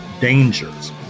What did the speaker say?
dangers